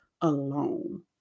alone